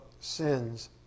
sins